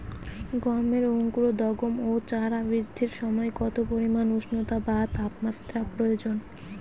গমের অঙ্কুরোদগম ও চারা বৃদ্ধির সময় কত পরিমান উষ্ণতা বা তাপমাত্রা প্রয়োজন?